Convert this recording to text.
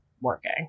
working